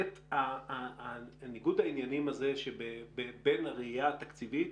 ניגוד העניינים הזה בין הראיה התקציבית